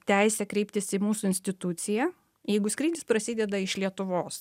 teisę kreiptis į mūsų instituciją jeigu skrydis prasideda iš lietuvos